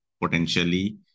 potentially